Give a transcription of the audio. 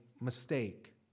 mistake